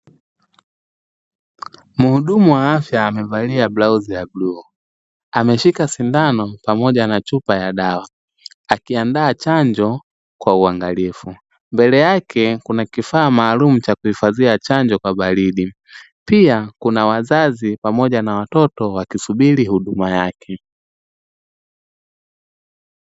Mhudumu wa afya amevalia blauzi ya bluu, ameshika sindano pamoja na chupa ya dawa, akiandaa chanjo kwa uangalifu. Mbele yake kuna kifaa maalumu cha kuhifadhia chanjo kwa baridi. Pia, kuna wazazi pamoja na watoto wakisubiri huduma yake.